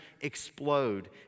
explode